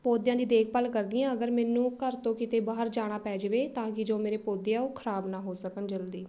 ਪੌਦਿਆਂ ਦੀ ਦੇਖਭਾਲ ਕਰਦੀ ਹਾਂ ਅਗਰ ਮੈਨੂੰ ਘਰ ਤੋਂ ਕਿਤੇ ਬਾਹਰ ਜਾਣਾ ਪੈ ਜਾਵੇ ਤਾਂ ਕਿ ਜੋ ਮੇਰੇ ਪੌਦੇ ਆ ਉਹ ਖਰਾਬ ਨਾ ਹੋ ਸਕਣ ਜਲਦੀ